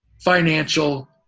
financial